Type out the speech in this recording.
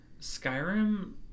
Skyrim